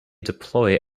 deploy